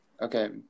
Okay